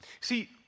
See